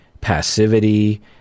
passivity